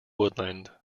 woodland